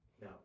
No